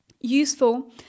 useful